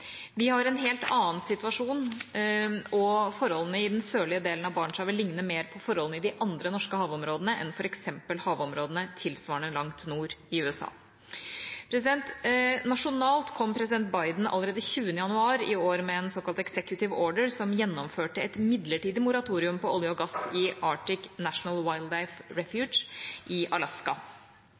Vi har en helt annen situasjon, og forholdene i den sørlige delen av Barentshavet ligner mer på forholdene i de andre norske havområdene enn f.eks. havområdene tilsvarende langt nord i USA. Nasjonalt kom president Biden allerede 20. januar i år med en såkalt «executive order» som gjennomførte et midlertidig moratorium på olje og gass i Arctic National Wildlife Refuge i Alaska.